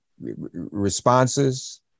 responses